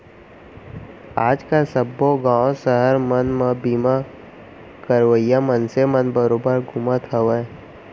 आज काल सब्बो गॉंव सहर मन म बीमा करइया मनसे मन बरोबर घूमते हवयँ